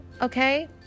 Okay